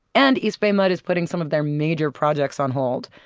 and east bay mud is putting some of their major projects on hold.